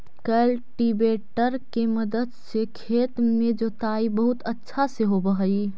cultivator के मदद से खेत के जोताई बहुत अच्छा से होवऽ हई